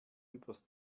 übers